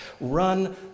Run